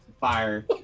fire